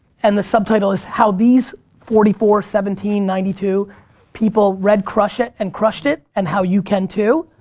and the subtitle is how these forty four, seventeen, ninety two people read crush it! and crushed it, and how you can too.